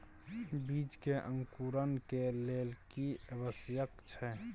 बीज के अंकुरण के लेल की आवश्यक छै?